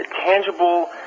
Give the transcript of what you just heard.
tangible